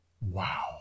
Wow